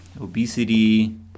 obesity